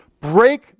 break